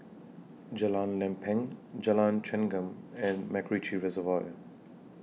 Jalan Lempeng Jalan Chengam and Macritchie Reservoir